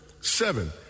Seven